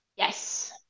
Yes